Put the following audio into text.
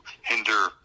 hinder